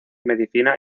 medicina